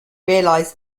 realise